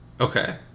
Okay